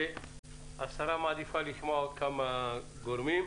השרה מעדיפה לשמוע עוד כמה גורמים.